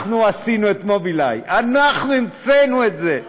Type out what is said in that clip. אנחנו עשינו את "מובילאיי", אנחנו המצאנו את זה.